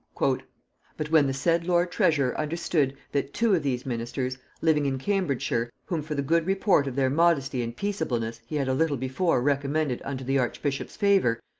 but when the said lord treasurer understood, that two of these ministers, living in cambridgeshire, whom for the good report of their modesty and peaceableness he had a little before recommended unto the archbishop's favor,